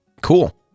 Cool